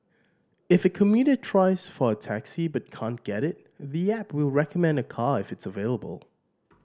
if a commuter tries for a taxi but can't get it the app recommend a car if it's available